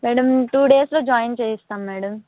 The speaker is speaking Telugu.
మేడం టూ డేస్లో జాయిన్ చేయిస్తాం మేడం